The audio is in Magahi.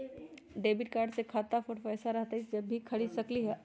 डेबिट कार्ड से खाता पर पैसा रहतई जब ही खरीद सकली ह?